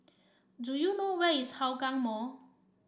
do you know where is Hougang Mall